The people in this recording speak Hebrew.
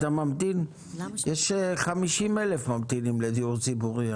יש 50,000 ממתינים לדיור ציבורי.